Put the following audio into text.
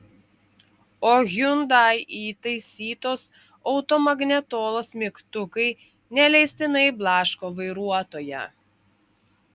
o hyundai įtaisytos automagnetolos mygtukai neleistinai blaško vairuotoją